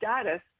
status